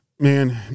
Man